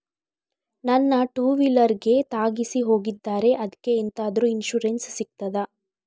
ನನ್ನ ಟೂವೀಲರ್ ಗೆ ತಾಗಿಸಿ ಹೋಗಿದ್ದಾರೆ ಅದ್ಕೆ ಎಂತಾದ್ರು ಇನ್ಸೂರೆನ್ಸ್ ಸಿಗ್ತದ?